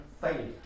failure